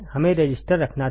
हमें रजिस्टर रखना था